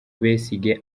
besigye